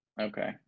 Okay